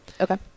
Okay